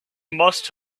must